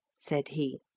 said he,